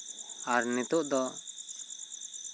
ᱟᱨ ᱱᱤᱛᱳᱜ ᱫᱚ